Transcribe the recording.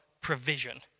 provision